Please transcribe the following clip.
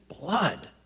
blood